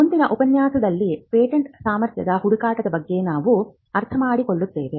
ಮುಂದಿನ ಉಪನ್ಯಾಸದಲ್ಲಿ ಪೇಟೆಂಟ್ ಸಾಮರ್ಥ್ಯದ ಹುಡುಕಾಟದ ಬಗ್ಗೆ ನಾವು ಅರ್ಥಮಾಡಿಕೊಳ್ಳುತ್ತೇವೆ